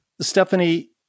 Stephanie